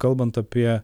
kalbant apie